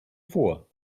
vor